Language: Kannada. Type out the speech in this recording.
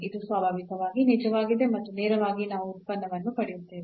ಇದು ಸ್ವಾಭಾವಿಕವಾಗಿ ನಿಜವಾಗಿದೆ ಮತ್ತು ನೇರವಾಗಿ ನಾವು ಉತ್ಪನ್ನವನ್ನು ಪಡೆಯುತ್ತೇವೆ